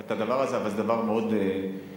אבל זה דבר מאוד יעיל,